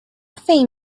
think